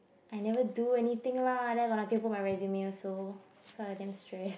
I never do anything lah then gonna paper my resume so so I damn stress